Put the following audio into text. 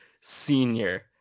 senior